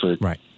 Right